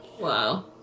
Wow